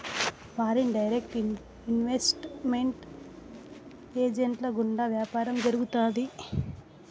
foreign direct investment ఏజెంట్ల గుండా వ్యాపారం జరుగుతాది